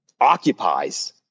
occupies